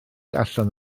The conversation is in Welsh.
allan